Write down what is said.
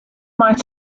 might